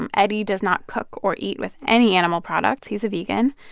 um eddie does not cook or eat with any animal products he's a vegan.